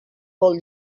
vol